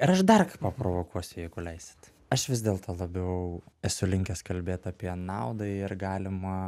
ir aš dar paprovokuosiu jeigu leisit aš vis dėlto labiau esu linkęs kalbėt apie naudą ir galimą